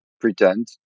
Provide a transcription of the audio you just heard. pretend